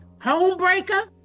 homebreaker